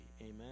Amen